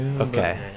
Okay